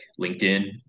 linkedin